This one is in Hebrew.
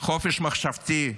חופש מחשבתי,